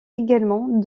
également